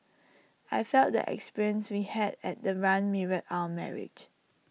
I felt the experience we had at the run mirrored our marriage